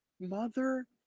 Mother